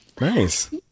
nice